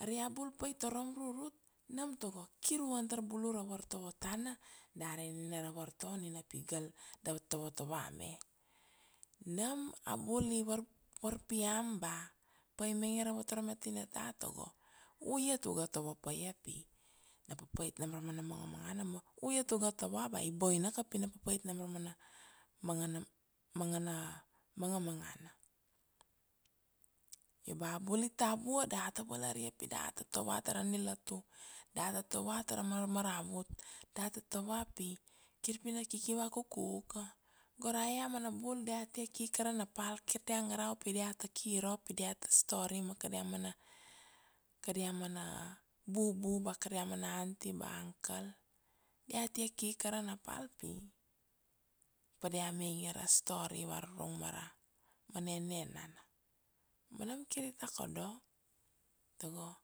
Ari abul paitatar rurut, nam togo kir u antar bulu ra vartovo tana, dari nina ra vartovo nina pigal da tovo tova me, nom abul i varpiam ba pai mange ra votore ra tinata togo, u iat u ga tovo pa ia pi a papait nam ra mana mangana, u iat ga tova ba i boinaka pi na papait nam ramana mangana mangana- mangamananga, io ba bul i tavua dat ta valaria pi dat ta tovat ra na nilatu, dat ta tovat ramana maravut, diat ta tova ba kir pina kiki vakukuka, go rae amana bul diat ta ki karana pal, kir dia ngarau pi diat ta ki irop, pi diat ta stori ma kadia mana kadia mana bubu ba kadia mana anti ba ankol, diate ki kara na pal pi pa dia mange ra stori varurung ma ra mana ainana, ma nam kir takodo, togo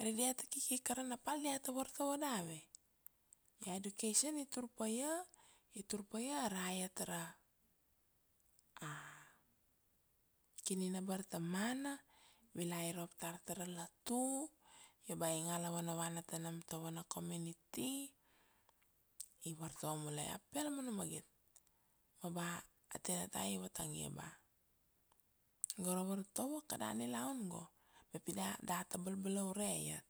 ari diat ta kiki kara na pal diat ta vartovo dawe, a education itur pai ia itur pa ia ara aiet ra a kini na bartarmana, vilai irop tar tara lotu, ma ba ingala vanavana ta nam tovuana komuniti, i vartovo mulai apal mana magit, ma ba a tinata i vatangia ba, gora vartovo kada nilaun go ma pi dia dat ta balbalaure ure iat.